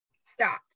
stop